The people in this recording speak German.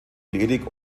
ledig